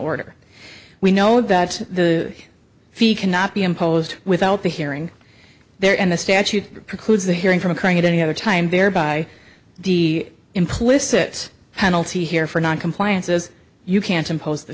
order we know that the fee cannot be imposed without the hearing there and the statute that precludes the hearing from occurring at any other time there by the implicit penalty here for noncompliance is you can't impose the